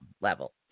level